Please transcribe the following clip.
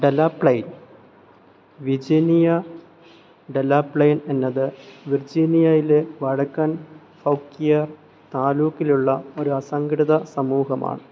Delaplane Virginia Delaplane എന്നത് വിർജീനിയായിലെ വടക്കൻ ഫൗക്വിയാ താലൂക്കിലുള്ള ഒരസംഘടിത സമൂഹമാണ്